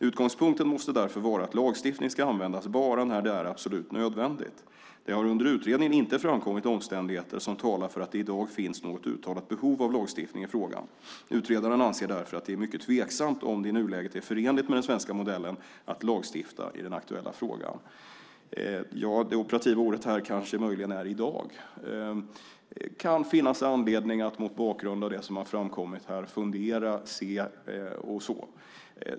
Utgångspunkten måste därför vara att lagstiftning skall användas bara när det är absolut nödvändigt. Det har under utredningen inte framkommit omständigheter som talar för att det i dag finns något uttalat behov av lagstiftning i frågan. Utredaren anser därför att det är mycket tveksamt om det i nuläget är förenligt med den svenska modellen att lagstifta i den aktuella frågan." Det operativa ordet här kanske möjligen är "i dag". Det kan finnas anledning att mot bakgrund av det som har framkommit här fundera och se över.